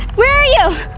where are you?